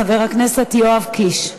חבר הכנסת יואב קיש.